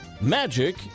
Magic